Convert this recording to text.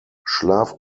schlaf